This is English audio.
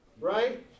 right